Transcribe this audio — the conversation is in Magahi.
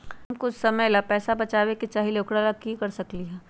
हम कुछ समय ला पैसा बचाबे के चाहईले ओकरा ला की कर सकली ह?